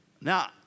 Now